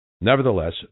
Nevertheless